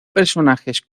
personajes